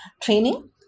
training